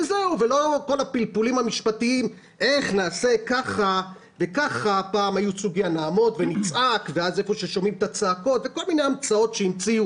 לא כל הפלפולים המשפטיים איך נעשה כך וכך וכל מיני המצאות שהמציאו